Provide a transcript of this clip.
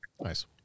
nice